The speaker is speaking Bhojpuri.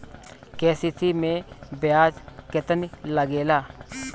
के.सी.सी मै ब्याज केतनि लागेला?